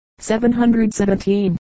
717